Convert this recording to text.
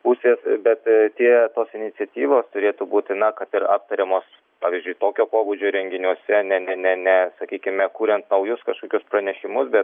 pusės bet tie tos iniciatyvos turėtų būti na kad ir aptariamos pavyzdžiui tokio pobūdžio renginiuose ne ne ne ne sakykime kuriant naujus kažkokius pranešimus bet